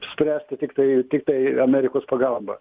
spręsti tiktai tiktai amerikos pagalba